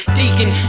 deacon